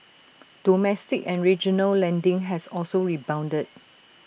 domestic and regional lending has also rebounded